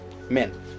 Men